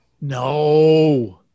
No